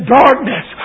darkness